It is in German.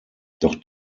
doch